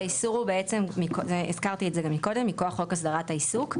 האיסור הוא בעצם מכוח חוק הסדרת העיסוק.